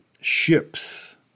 Ships